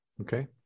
Okay